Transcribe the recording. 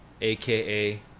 AKA